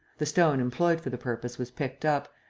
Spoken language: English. the stone employed for the purpose was picked up,